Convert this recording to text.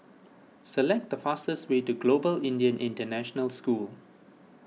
select the fastest way to Global Indian International School